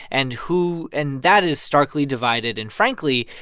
and who and that is starkly divided. and frankly,